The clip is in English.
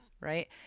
right